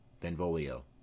Benvolio